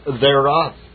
thereof